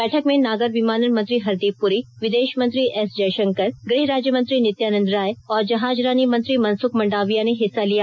बैठक में नागर विमानन मंत्री हरदीप पुरी विदेश मंत्री एस जयशंकर गृह राज्यमंत्री नित्यानंद राय और जहाजरानी मंत्री मनसुख मंडाविया ने हिस्सा लिया